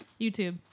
YouTube